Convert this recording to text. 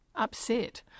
upset